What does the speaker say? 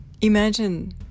imagine